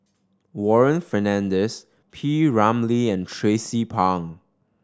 Warren Fernandez P Ramlee and Tracie Pang